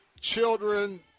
children